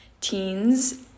teens